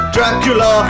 Dracula